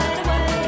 away